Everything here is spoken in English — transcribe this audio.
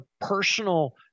personal